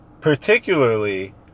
particularly